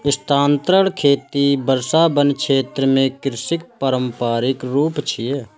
स्थानांतरण खेती वर्षावन क्षेत्र मे कृषिक पारंपरिक रूप छियै